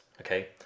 okay